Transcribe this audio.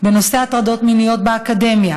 בנושא הטרדות מיניות באקדמיה,